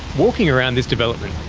walking around this development,